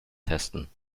testen